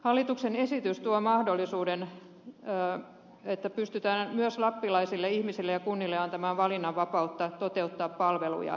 hallituksen esitys tuo mahdollisuuden että pystytään myös lappilaisille ihmisille ja kunnille antamaan valinnanvapautta toteuttaa palveluja